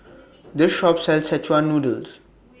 This Shop sells Szechuan Noodles